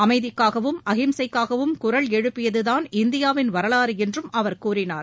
அமைதிக்காகவும் அகிம்சைக்காகவும் குரல் எழுப்பியதுதான் இந்தியாவின் வரலாறு என்றும் அவர் கூறினார்